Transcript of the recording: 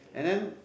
and then